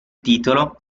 titolo